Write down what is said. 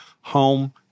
Home